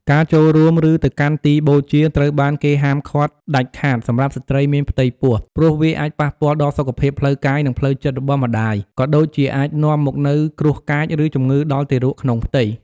ការចូលរួម ឬទៅកាន់ទីបូជាត្រូវបានគេហាមឃាត់ដាច់ខាតសម្រាប់ស្ត្រីមានផ្ទៃពោះ ព្រោះវាអាចប៉ះពាល់ដល់សុខភាពផ្លូវកាយ និងផ្លូវចិត្តរបស់ម្តាយ ក៏ដូចជាអាចនាំមកនូវគ្រោះកាច ឬជំងឺដល់ទារកក្នុងផ្ទៃ។